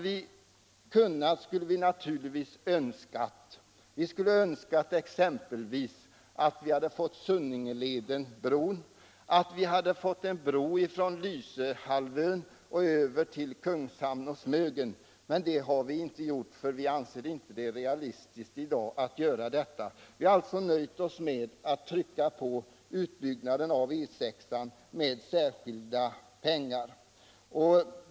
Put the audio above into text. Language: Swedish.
Vi hade givetvis önskat att vi fått t.ex. Sunninge-leden-bron och en bro från Lysehalvön över till Kungshamn och Smögen, men vi har inte begärt anslag till detta därför att vi inte anser det realistiskt i dag. Alltså har vi nöjt oss med att understryka vikten av att man anslår särskilda medel till utbyggnaden av E 6.